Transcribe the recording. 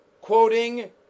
quoting